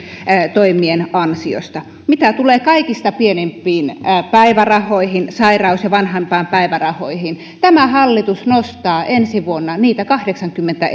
toimien ansiosta mitä tulee kaikista pienimpiin päivärahoihin sairaus ja vanhempainpäivärahoihin tämä hallitus nostaa ensi vuonna niitä kahdeksankymmentä